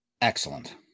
Excellent